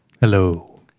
Hello